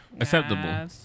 acceptable